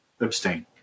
Abstain